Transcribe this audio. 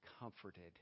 comforted